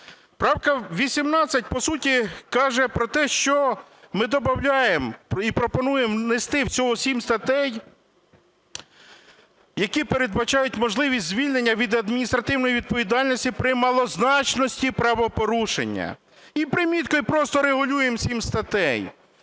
Правка 18, по суті, каже про те, що ми добавляємо і пропонуємо внести всього 7 статей, які передбачають можливість звільнення від адміністративної відповідальності при малозначності правопорушення. І приміткою просто регулюємо 7 статей.